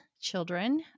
children